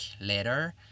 later